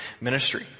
ministry